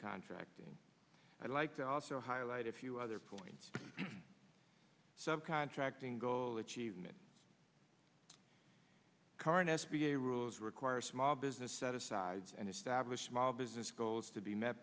contracting i'd like to also highlight a few other points subcontracting goal achieved in current s b a rules require small business set asides and establish while business goals to be met